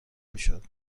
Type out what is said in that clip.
میشد